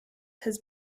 his